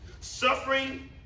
Suffering